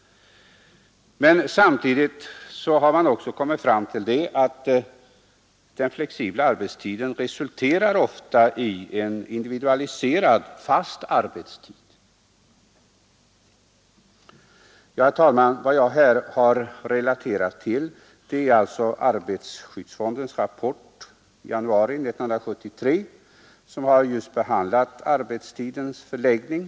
Men samtidigt har man också kommit fram till att den flexibla arbetstiden oftare resulterar i en individualiserad fast arbetstid. Herr talman! Vad jag här har refererat till är alltså arbetarskyddsfondens rapport från januari 1973, som behandlar arbetstidens förläggning.